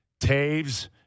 Taves